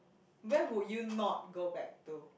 where would you not go back to